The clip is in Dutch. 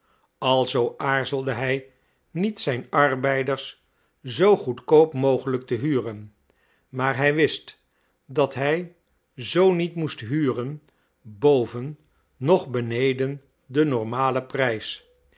alzoo aarzelde hij niet zijn arbeiders zoo goedkoop mogelijk te huren maar hij wist dat hij zo niet moest huren boven noch beneden den normalen prijs